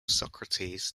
socrates